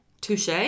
Touche